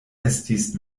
estis